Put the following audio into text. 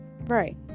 Right